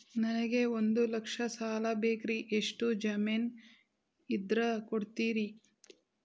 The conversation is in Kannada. ನನಗೆ ಒಂದು ಲಕ್ಷ ಸಾಲ ಬೇಕ್ರಿ ಎಷ್ಟು ಜಮೇನ್ ಇದ್ರ ಕೊಡ್ತೇರಿ?